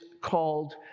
called